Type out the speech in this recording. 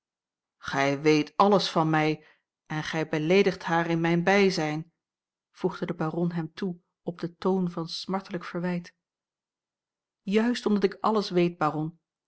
gij weet alles van mij en gij beleedigt haar in mijn bijzijn voegde de baron hem toe op den toon van smartelijk verwijt juist omdat ik alles weet baron